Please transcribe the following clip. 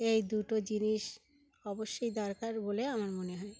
এই দুটো জিনিস অবশ্যই দরকার বলে আমার মনে হয়